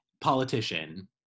politician